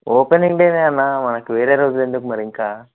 opening డైనే అన్న మనకు వేరే రోజులు ఎందుకు మరి ఇంక